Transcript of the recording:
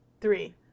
three